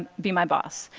be my boss.